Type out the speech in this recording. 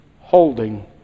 holding